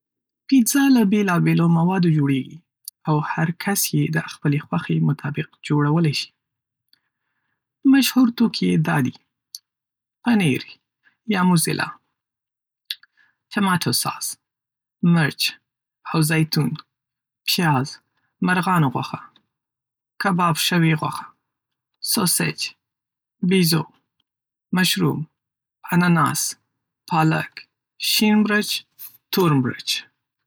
پیزا له بېلابېلو موادو جوړیږي، او هر کس یې د خپلې خوښې مطابق جوړولی شي. مشهور توکي يې دا دي: پنیر یا موزریلا، ټماټو ساس، مرچ او زیتون، پیاز، مرغانو غوښه، کباب شوی غوښه، سوسج، بیزو، مشروم، اناناس، پالک، شین مرچ، تور مرچ.